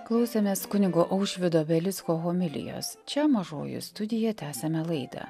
klausėmės kunigo aušvydo belicko homilijos čia mažoji studija tęsiame laidą